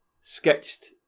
sketched